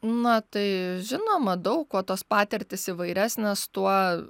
na tai žinoma daug kuo tos patirtys įvairesnės tuo